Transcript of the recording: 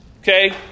Okay